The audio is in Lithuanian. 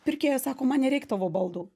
pirkėjas sako man nereik tavo baldų